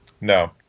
No